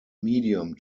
medium